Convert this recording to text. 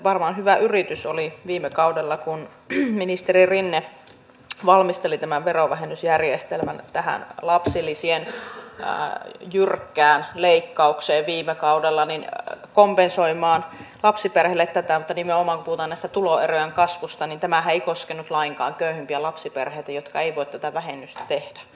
varmaan hyvä yritys oli viime kaudella kun ministeri rinne valmisteli tämän verovähennysjärjestelmän lapsilisien jyrkkään leikkaukseen kompensoimaan lapsiperheille tätä mutta nimenomaan kun puhutaan tuloerojen kasvusta niin tämähän ei koskenut lainkaan köyhimpiä lapsiperheitä jotka eivät voi tätä vähennystä tehdä